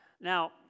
Now